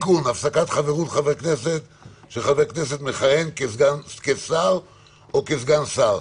(תיקון הפסקת חברות בכנסת של חבר הכנסת המכהן כשר או כסגן שר).